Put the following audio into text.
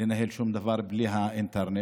לנהל שום דבר בלי האינטרנט.